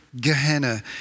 Gehenna